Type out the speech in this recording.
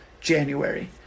January